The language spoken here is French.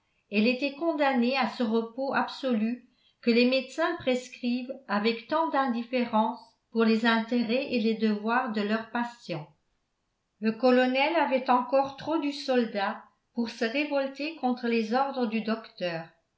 trois elle était condamnée à ce repos absolu que les médecins prescrivent avec tant d'indifférence pour les intérêts et les devoirs de leurs patients le colonel avait encore trop du soldat pour se révolter contre les ordres du docteur